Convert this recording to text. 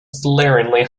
glaringly